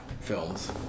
films